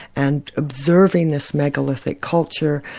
and observing this megalithic culture,